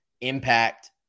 impact